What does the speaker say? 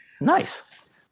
Nice